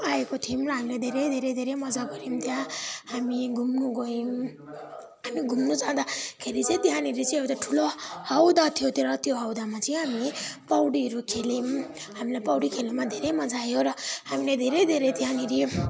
आएको थियौँ र हामीले धेरै धेरै धेरै मजा गरौँ त्यहाँ हामी घुम्नु गयौँ हामी घुम्नु जाँदाखेरि चाहिँ त्यहाँनिर चाहिँ एउटा ठुलो हौदा थियो त्यहाँ हौदामा चाहिँ हामीले पौडीहरू खेलौँ हामीलाई पौडी खेल्नमा धेरै मजा आयो र हामीले धेरै धेरै त्यहाँनिर